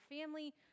family